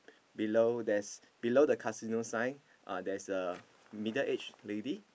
below there's below the casino sign uh there is a middle age lady